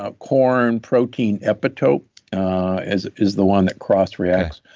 ah corn protein epitope as is the one that cross-react.